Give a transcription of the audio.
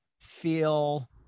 feel